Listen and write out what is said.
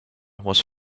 was